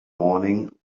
morning